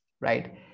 right